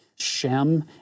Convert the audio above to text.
Shem